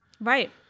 right